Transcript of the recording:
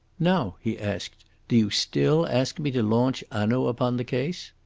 now, he asked, do you still ask me to launch hanaud upon the case?